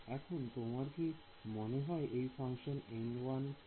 এখন তোমার কি মনে হয় এই ফাংশন সম্বন্ধে